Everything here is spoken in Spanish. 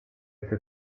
este